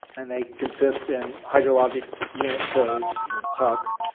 and they consist in hydrologic unit codes or huc